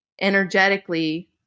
energetically